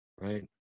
right